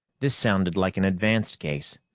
this sounded like an advanced case,